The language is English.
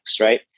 right